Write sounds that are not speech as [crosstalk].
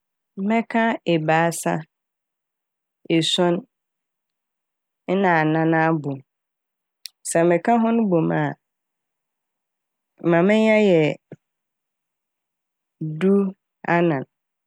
Mɛka ebiasa, esuon nna anan abɔ m'. Sɛ meka hɔn bɔ mu a ma menya yɛ du anan. [noise]